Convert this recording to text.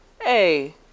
Hey